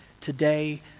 Today